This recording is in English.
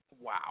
Wow